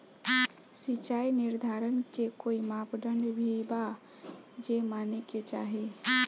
सिचाई निर्धारण के कोई मापदंड भी बा जे माने के चाही?